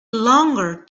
longer